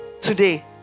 today